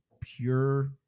pure